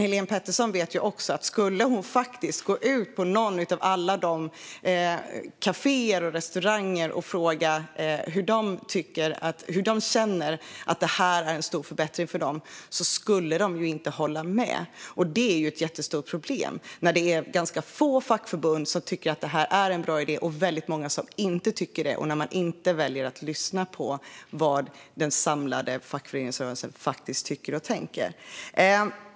Helén Pettersson vet också att om hon skulle gå ut på någon av alla caféer och restauranger och fråga hur de känner i fråga om att det är en stor förbättring för dem skulle de inte hålla med. Det är ett jättestort problem när det är ganska få fackförbund som tycker att det är en bra idé och väldigt många som inte tycker det och man inte väljer att lyssna på vad den samlade fackföreningsrörelsen faktiskt tycker och tänker.